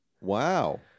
Wow